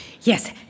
Yes